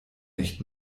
nicht